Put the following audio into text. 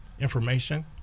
information